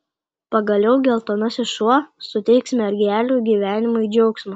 pagaliau geltonasis šuo suteiks mergelių gyvenimui džiaugsmo